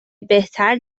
بهتر